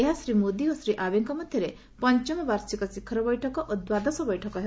ଏହା ଶ୍ରୀ ମୋଦି ଓ ଶ୍ରୀ ଆବେଙ୍କ ମଧ୍ୟରେ ପଞ୍ଚମ ବାର୍ଷିକ ଶିଖର ବୈଠକ ଓ ଦ୍ୱାଦଶ ବୈଠକ ହେବ